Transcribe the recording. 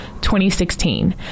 2016